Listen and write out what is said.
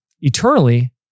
eternally